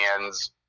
hands